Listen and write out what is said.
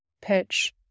pitch